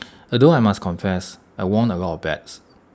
although I must confess I won A lot of bets